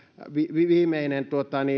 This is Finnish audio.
viimeinen